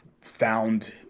found